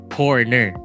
corner